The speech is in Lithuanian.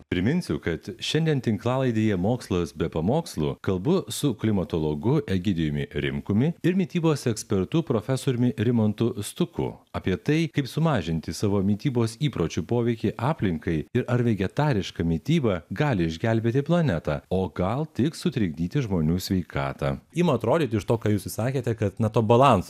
priminsiu kad šiandien tinklalaidėje mokslas be pamokslų kalbu su klimatologu egidijumi rimkumi ir mitybos ekspertu profesoriumi rimantu stuku apie tai kaip sumažinti savo mitybos įpročių poveikį aplinkai ir ar vegetariška mityba gali išgelbėti planetą o gal tik sutrikdyti žmonių sveikatą ima atrodyti iš to ką jūs ir sakėte kad nu to balanso